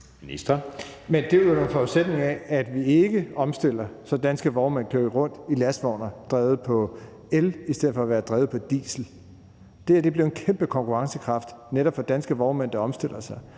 det er vel, under forudsætning af at vi ikke omstiller, så danske vognmænd kører rundt i lastvogne, der er drevet af el i stedet for at være drevet af diesel. Det her bliver en kæmpe konkurrencekraft for netop danske vognmænd, der omstiller sig,